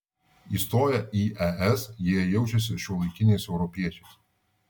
įstoję į es jie jaučiasi šiuolaikiniais europiečiais